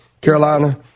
Carolina